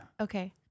Okay